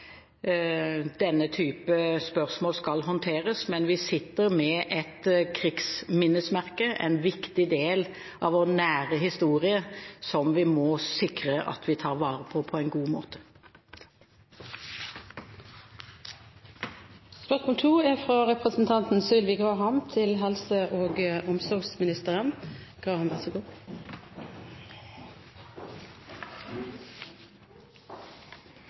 denne type prosesser skal håndteres. Men vi sitter med et krigsminnesmerke, en viktig del av vår nære historie, som vi må sikre at vi tar vare på på en god måte. Mitt spørsmål er: «Helse- og omsorgsdepartementet vedtok i 2012 en omorganisering av kompetansetjenester for døvblinde i spesialisthelsetjenesten. Ifølge brukere og